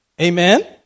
Amen